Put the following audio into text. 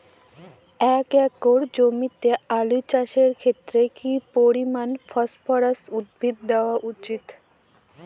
এক একর জমিতে আলু চাষের ক্ষেত্রে কি পরিমাণ ফসফরাস উদ্ভিদ দেওয়া উচিৎ?